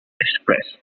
express